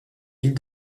ville